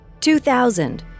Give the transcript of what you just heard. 2000